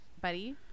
buddy